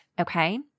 okay